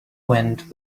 went